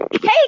Hey